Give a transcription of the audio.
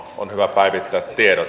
on hyvä päivittää tiedot